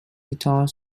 guitar